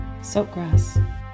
Saltgrass. (